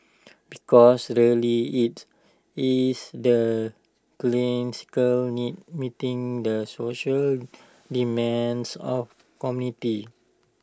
because really IT is the clinical needs meeting the social demands of committee